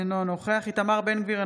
אינו נוכח איתמר בן גביר,